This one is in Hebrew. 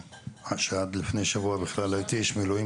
עד לפני שבוע הייתי איש מילואים